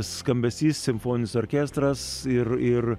skambesys simfoninis orkestras ir ir